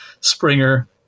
springer